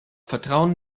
vertrauen